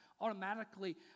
automatically